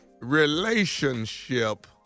Relationship